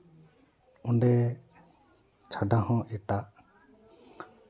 ᱚᱰᱮ ᱪᱷᱟᱰᱟ ᱦᱚᱸ ᱮᱴᱟᱜ